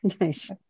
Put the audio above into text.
Nice